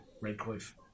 Redcliffe